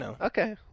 Okay